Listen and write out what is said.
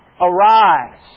arise